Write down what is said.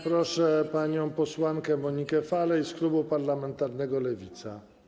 Proszę panią posłankę Monikę Falej z klubu parlamentarnego Lewica.